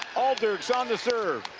aalderks on the serve.